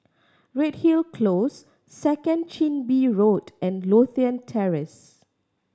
Redhill Close Second Chin Bee Road and Lothian Terrace